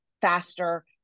faster